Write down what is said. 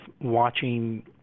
watching